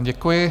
Děkuji.